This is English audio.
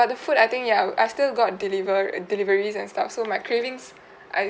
but the food I think ya I still got deliver deliveries and stuff so my cravings I